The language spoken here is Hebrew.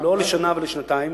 לא לשנה ולשנתיים.